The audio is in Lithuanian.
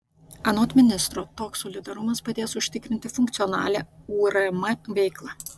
anot ministro toks solidarumas padės užtikrinti funkcionalią urm veiklą